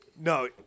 No